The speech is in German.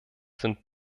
sind